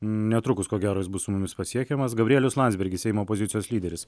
netrukus ko gero jis bus mums pasiekiamas gabrielius landsbergis seimo opozicijos lyderis